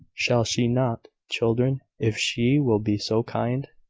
shall she not, children, if she will be so kind?